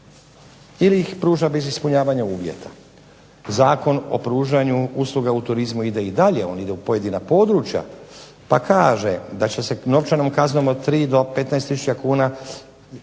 ili ih pruža bez ispunjavanja uvjeta. Zakon o pružanju usluga o turizmu on ide u pojedina područja, pa kaže da će se novčanom kaznom od 3 do 15 tisuća